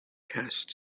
cast